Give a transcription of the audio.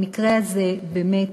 במקרה הזה באמת